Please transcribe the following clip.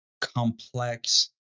complex